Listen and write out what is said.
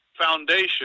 foundation